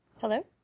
Hello